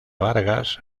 vargas